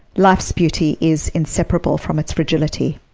life's beauty is inseparable from its fragility.